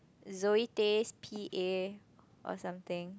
Zoe-Tay's p_a or something